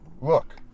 Look